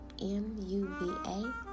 M-U-V-A